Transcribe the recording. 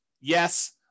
Yes